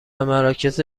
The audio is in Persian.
مراکز